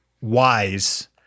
wise